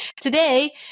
today